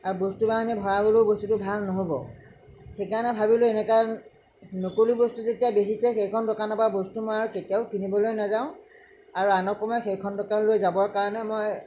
আৰু বস্তু বাহানি ভৰাবলৈয়ো বস্তুটো ভাল নহ'ব সেইকাৰণে ভাবিলোঁ এনেকুৱা নকলি বস্তু যেতিয়া বেচিছে সেইখন দোকানৰ পৰা বস্তু মই আৰু কেতিয়াও কিনিবলৈ নাযাওঁ আৰু আনকো মই সেইখন দোকানলৈ যাবৰ কাৰণে মই